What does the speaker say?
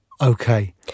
Okay